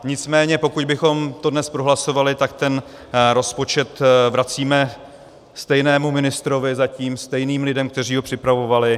Nicméně pokud bychom to dnes prohlasovali, tak ten rozpočet vracíme stejnému ministrovi zatím, stejným lidem, kteří ho připravovali.